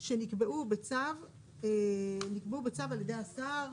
שנקבעו בצו על ידי השר.